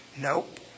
Nope